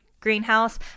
Greenhouse